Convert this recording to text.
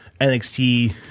NXT